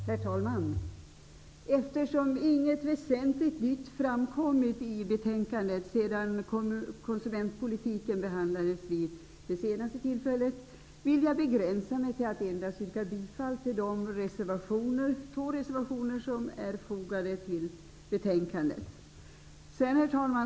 Herr talman! Eftersom inget väsentligt nytt har framkommit i betänkandet sedan konsumentpolitiken senast behandlades, vill jag begränsa mig till att endast yrka bifall till de två reservationer som är fogade till betänkandet. Herr talman!